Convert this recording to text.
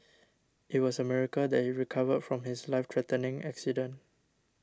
it was a miracle that he recovered from his life threatening accident